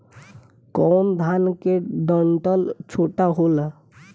कौन धान के डंठल छोटा होला?